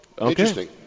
Interesting